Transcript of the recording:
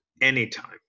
anytime